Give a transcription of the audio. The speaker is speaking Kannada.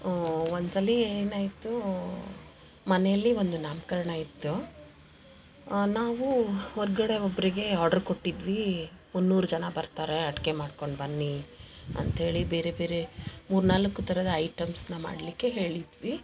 ಒಂದು ಸಲ ಏನಾಯಿತು ಮನೆಯಲ್ಲಿ ಒಂದು ನಾಮಕರ್ಣ ಇತ್ತು ನಾವು ಹೊರ್ಗಡೆ ಒಬ್ಬರಿಗೆ ಆರ್ಡ್ರ್ ಕೊಟ್ಟಿದ್ವಿ ಮುನ್ನೂರು ಜನ ಬರ್ತಾರೆ ಅಡುಗೆ ಮಾಡ್ಕೊಂಡು ಬನ್ನಿ ಅಂತೇಳಿ ಬೇರೆ ಬೇರೆ ಮೂರು ನಾಲ್ಕು ಥರದ ಐಟಮ್ಸ್ನ ಮಾಡಲಿಕ್ಕೆ ಹೇಳಿದ್ವಿ